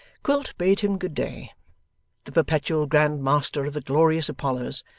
quilp bade him good day the perpetual grand master of the glorious apollers,